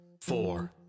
four